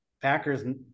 Packers